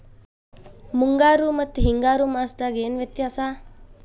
ಮುಂಗಾರು ಮತ್ತ ಹಿಂಗಾರು ಮಾಸದಾಗ ಏನ್ ವ್ಯತ್ಯಾಸ?